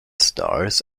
stars